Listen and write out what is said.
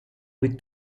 with